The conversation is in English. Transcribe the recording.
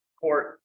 court